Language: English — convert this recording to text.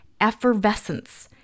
effervescence